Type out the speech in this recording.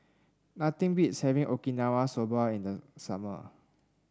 nothing beats having Okinawa Soba in the summer